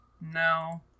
No